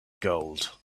gold